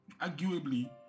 arguably